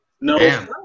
No